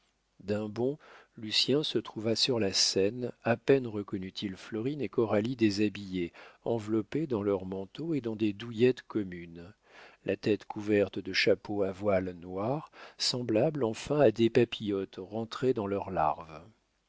d'un bond lucien se trouva sur la scène a peine reconnut il florine et coralie déshabillées enveloppées dans leurs manteaux et dans des douillettes communes la tête couverte de chapeaux à voiles noirs semblables enfin à des papillons rentrés dans leurs larves